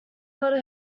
lot